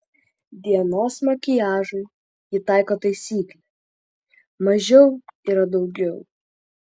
dienos makiažui ji taiko taisyklę mažiau yra daugiau